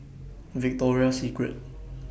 Victoria Secret